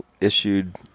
issued